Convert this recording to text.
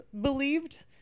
believed